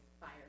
fire